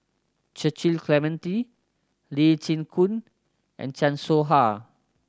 Cecil Clementi Lee Chin Koon and Chan Soh Ha